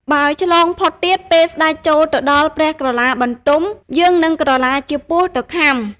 បើឆ្លងផុតទៀត ពេលស្តេចចូលដល់ព្រះក្រឡាបន្ទំ យើងនឹងក្រឡាជាពស់ទៅខាំ។